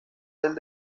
del